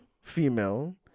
female